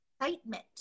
excitement